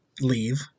leave